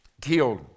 killed